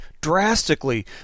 drastically